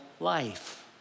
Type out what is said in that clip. life